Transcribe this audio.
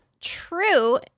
true